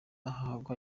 hahangwa